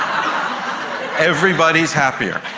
um everybody's happier.